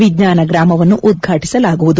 ವಿಜ್ಞಾನ ಗ್ರಾಮವನ್ನು ಉದ್ವಾಟಿಸಲಾಗುವುದು